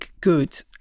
good